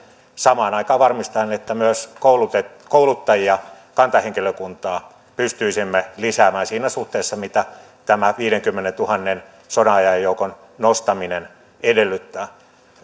samaan aikaan varmistaen että myös kouluttajia kouluttajia kantahenkilökuntaa pystyisimme lisäämään siinä suhteessa mitä tämä viidenkymmenentuhannen sodanajan joukon nostaminen edellyttää